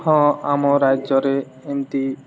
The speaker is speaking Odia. ହଁ ଆମ ରାଜ୍ୟରେ ଏମିତି